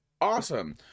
awesome